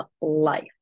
life